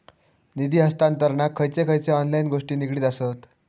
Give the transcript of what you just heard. निधी हस्तांतरणाक खयचे खयचे ऑनलाइन गोष्टी निगडीत आसत?